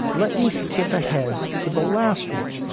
let me skip ahead to the last one.